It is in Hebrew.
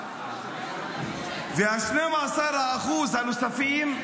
ו-12% הנוספים,